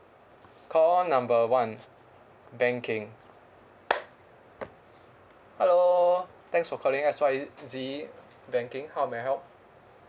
call number one banking hello thanks for calling X Y Z banking how may I help